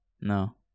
no